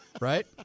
Right